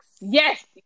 Yes